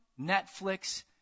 Netflix